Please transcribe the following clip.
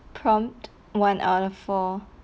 prompt one out of four